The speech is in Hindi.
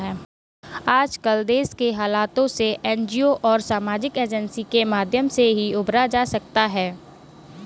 आजकल देश के हालातों से एनजीओ और सामाजिक एजेंसी के माध्यम से ही उबरा जा सकता है